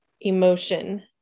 emotion